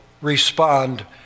respond